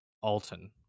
Alton